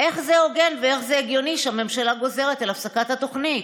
איך זה הוגן ואיך זה הגיוני שהממשלה גוזרת את הפסקת התוכנית?